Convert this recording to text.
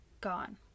gone